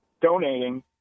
donating